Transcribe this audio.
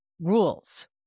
rules